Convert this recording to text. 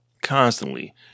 constantly